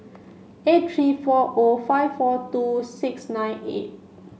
eight three four O five four two six nine eight